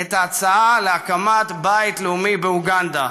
את ההצעה להקמת בית לאומי ליהודים באוגנדה,